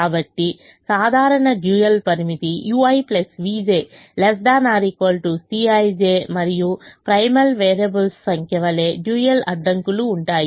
కాబట్టి సాధారణ డ్యూయల్ పరిమితి ui vj ≤ Cij మరియు ప్రైమల్ వేరియబుల్స్ సంఖ్య వలె డ్యూయల్ అడ్డంకులు ఉంటాయి